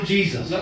Jesus